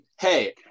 Hey